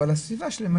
אבל הסביבה שלהם,